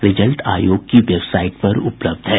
result आयोग की website पर उपलब्ध है